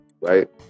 right